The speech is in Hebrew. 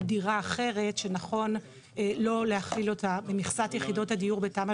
דירה אחרת שנכון לא להכיל אותה במכסת יחידות הדיור בתמ"א